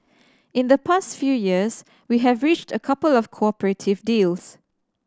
in the past few years we have reached a couple of cooperative deals